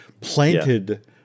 planted